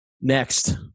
Next